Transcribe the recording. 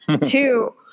Two